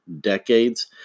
decades